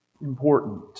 important